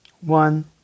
one